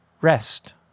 rest